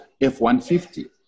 F-150